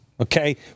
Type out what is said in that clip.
Okay